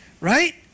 Right